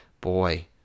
boy